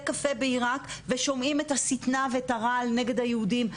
קפה בעירק ושומעים את הסטנה ואת הרעל נגד היהודים.